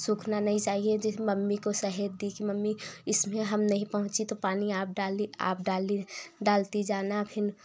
सूखना नहीं चाहिए जैसे मम्मी को शहद दी कि मम्मी इसमें हम नहीं पहुँची तो पानी आप डाल दी आप डाल दी डालती जाना फिर